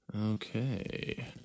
Okay